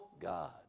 God